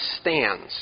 stands